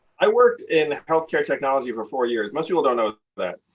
i worked in healthcare technology for four years. most people don't know that.